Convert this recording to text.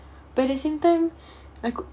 but at the same time I could